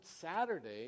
Saturday